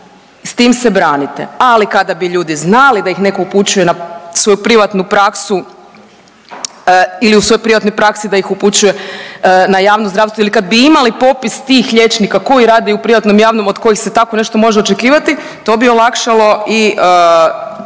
s tim se branite, ali kada bi ljudi znali da ih neko upućuje na svoju privatnu praksu ili u svojoj privatnoj praksi da ih upućuje na javno zdravstvo ili kad bi imali popis tih liječnika koji rade i u privatnom i u javnom od kojih se tako nešto može očekivati to bi olakšalo i